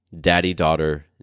daddy-daughter